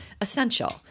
essential